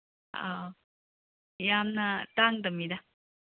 ꯑꯧ ꯑꯧ ꯌꯥꯝꯅ ꯇꯥꯡꯗꯃꯤꯗ